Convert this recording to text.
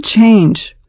change